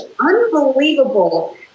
unbelievable